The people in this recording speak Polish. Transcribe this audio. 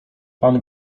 pan